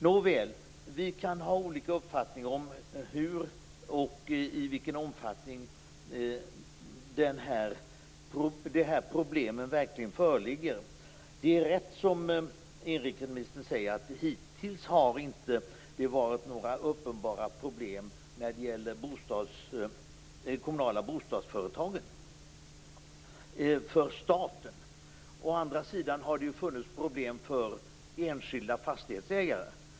Nåväl, vi kan ha olika uppfattningar om hur och i vilken omfattning de här problemen verkligen föreligger. Det är rätt som inrikesministern säger att det hittills inte har varit några uppenbara problem för staten när det gäller de kommunala bostadsföretagen. Å andra sidan har det funnits problem för enskilda fastighetsägare.